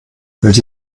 welche